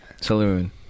Saloon